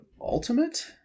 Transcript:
Ultimate